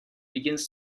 begins